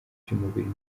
by’umubiri